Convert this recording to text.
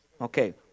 Okay